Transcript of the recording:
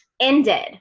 ended